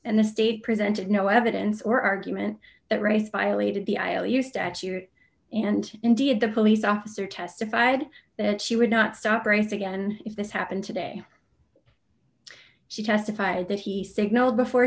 and the state presented no evidence or argument that race violated the iou statute and indeed the police officer testified that she would not stop race again if this happened today she testified that he signaled before